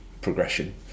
progression